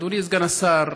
אדוני סגן השר,